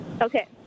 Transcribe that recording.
okay